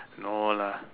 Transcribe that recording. no lah